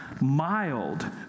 Mild